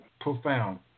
profound